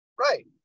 Right